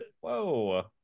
whoa